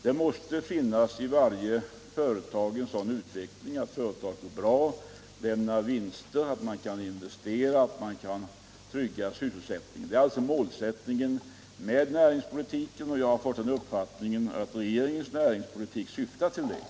Det måste i varje företag vara en sådan utveckling att företaget i fråga lämnar vinst. Då kan man investera och därmed trygga sysselsättningen. Detta är alltså målsättningen med den nuvarande näringspolitiken, som vi från företagarhåll väntar oss mycket av.